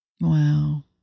wow